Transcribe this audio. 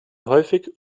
häufig